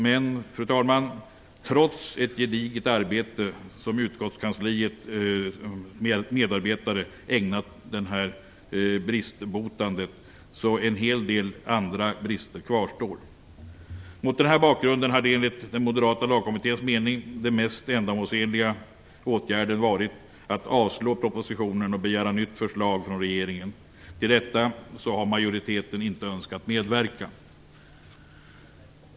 Men, fru talman, trots ett gediget arbete som utskottskansliets medarbetare ägnat detta bristbotande kvarstår en hel del andra brister. Mot denna bakgrund hade, enligt den moderata lagkommitténs mening, den mest ändamålsenliga åtgärden varit att avslå propositionen och begära nytt förslag från regeringen. Till detta har majoriteten inte önskat medverka.